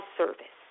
service